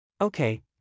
Okay